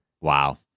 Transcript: Wow